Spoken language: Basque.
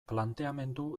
planteamendu